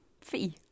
fee